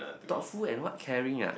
thoughtful and what caring ah